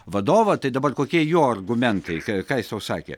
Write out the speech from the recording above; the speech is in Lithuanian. vadovą tai dabar kokie jo argumentai ką ką jis tau sakė